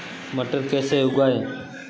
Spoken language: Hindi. मटर कैसे उगाएं?